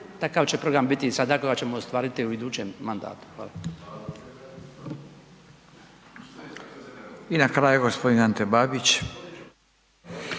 takav će program biti i sada koga ćemo ostvariti u idućem mandatu. Hvala. **Radin, Furio